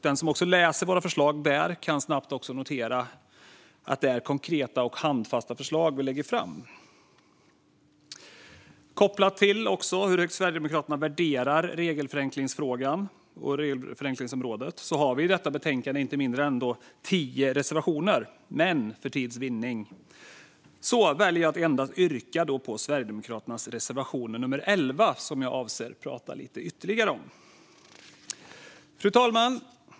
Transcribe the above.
Den som läser våra förslag där kan snabbt notera att det är konkreta och handfasta förslag vi lägger fram. Kopplat till hur högt Sverigedemokraterna värderar regelförenklingsfrågan och regelförenklingsområdet har vi i detta betänkande inte mindre än tio reservationer, men för tids vinning väljer jag att yrka bifall endast till Sverigedemokraternas reservation nummer 11, som jag avser att prata lite ytterligare om. Fru talman!